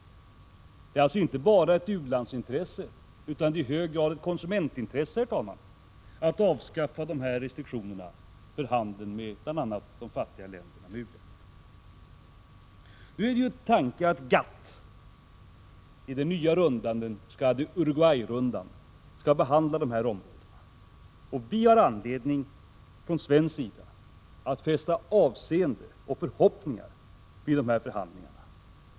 Det är alltså inte bara ett u-landsintresse, utan i hög grad ett konsumentintresse att avskaffa restriktionerna för handeln med bl.a. de fattiga länderna — u-länderna. Nu är det tänkt att GATT, i den nya s.k. Uruguay-rundan, skall behandla dessa områden. Vi har från svensk sida anledning att fästa avseende och förhoppningar vid dessa förhandlingar.